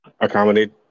accommodate